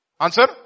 answer